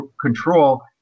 control